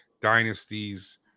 dynasties